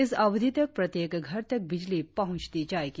इस अवधि तक प्रत्येक घर तक बिजली पहुंच दी जाएगी